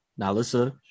Nalissa